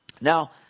Now